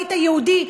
הבית היהודי,